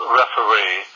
referee